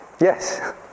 Yes